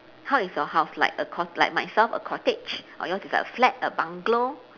how is your house like a cot~ like myself a cottage or yours is like a flat a bungalow